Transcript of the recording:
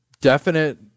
definite